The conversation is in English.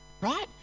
right